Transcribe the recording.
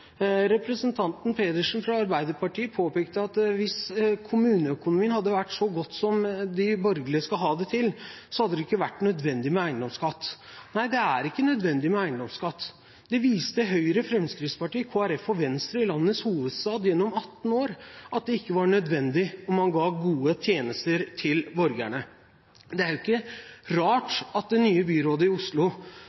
Representanten Pedersen fra Arbeiderpartiet påpekte at hvis kommuneøkonomien hadde vært så god som de borgerlige skal ha det til, så hadde det ikke være nødvendig med eiendomsskatt. Nei, det er ikke nødvendig med eiendomsskatt. Høyre, Fremskrittspartiet, Kristelig Folkeparti og Venstre viste i landets hovedstad gjennom 18 år at det ikke var nødvendig, og man ga gode tjenester til borgerne. Det er ikke rart